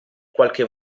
qualche